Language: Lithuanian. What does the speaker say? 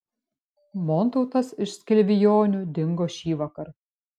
montautas iš skilvionių dingo šįvakar